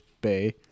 bay